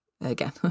again